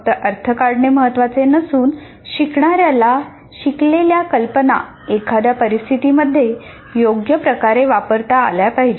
फक्त अर्थ काढणे महत्त्वाचे नसून शिकणाऱ्याला शिकलेल्या कल्पना एखाद्या परिस्थितीमध्ये योग्य प्रकारे वापरता आल्या पाहिजेत